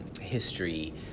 history